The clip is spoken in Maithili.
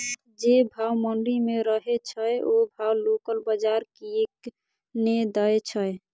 जे भाव मंडी में रहे छै ओ भाव लोकल बजार कीयेक ने दै छै?